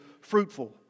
fruitful